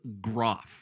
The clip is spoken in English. Groff